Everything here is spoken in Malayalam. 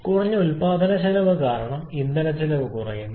കുറഞ്ഞ ഉൽപാദനച്ചെലവ് കാരണം ഇന്ധനച്ചെലവ് കുറയുന്നു